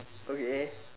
okay